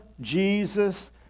Jesus